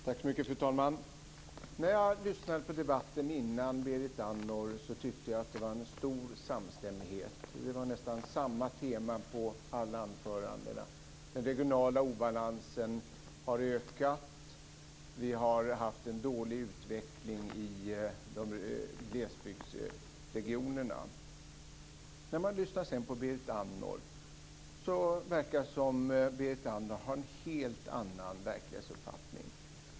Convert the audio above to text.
Fru talman! När jag lyssnade på debatten innan Berit Andnor gick upp tyckte jag att det var en stor samstämmighet. Det var nästan samma tema i alla anföranden: den regionala obalansen har ökat, och vi har haft en dålig utveckling i glesbygdsregionerna. När man sedan lyssnar på Berit Andnor verkar det som om hon har en helt annan verklighetsuppfattning.